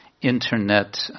internet